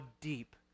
deep